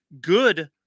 good